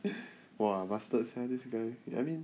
!wah! bastard sia this guy I mean